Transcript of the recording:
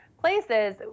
places